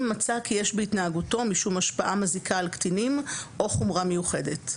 אם מצא כי יש בהתנהגותו משום השפעה מזיקה על קטינים או חומרה מיוחדת.